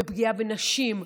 בפגיעה בנשים,